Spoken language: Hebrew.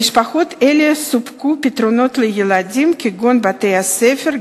למשפחות אלה סופקו פתרונות לילדים כגון בתי-ספר,